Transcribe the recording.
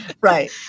right